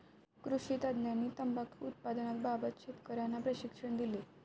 कृषी शास्त्रज्ञांनी तंबाखू उत्पादनाबाबत शेतकर्यांना प्रशिक्षण दिले